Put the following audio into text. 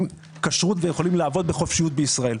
כשרות ויכולים לעבוד בחופשיות בישראל,